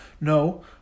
No